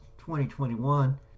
2021